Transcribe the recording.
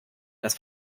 das